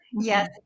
Yes